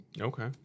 okay